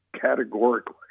categorically